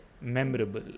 memorable